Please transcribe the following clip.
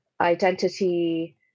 identity